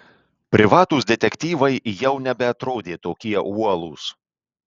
privatūs detektyvai jau nebeatrodė tokie uolūs